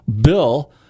Bill